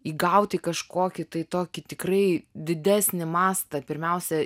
įgauti kažkokį tai tokį tikrai didesnį mastą pirmiausia